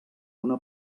una